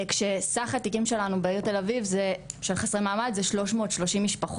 כשסך התיקים שלנו בעיר תל אביב של חסר מעמד זה 330 משפחות.